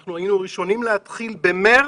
אנחנו היינו הראשונים להתחיל, כבר במרץ,